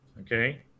okay